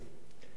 יש שני מקומות